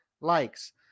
likes